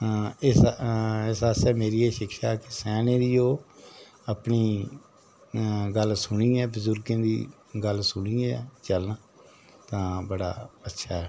अ इस अ इस बास्तै मेरी एह् शिक्षा स्याने दी ओह् अपनी गल्ल सुनियै ते बजुरगें दी गल्ल सुनियै चलना तां बड़ा अच्छा ऐ